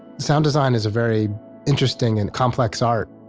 sound design is a very interesting and complex art